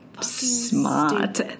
smart